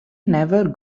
never